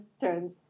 turns